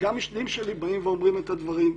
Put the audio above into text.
וגם משנים שלי באים ואומרים את הדברים,